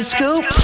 Scoop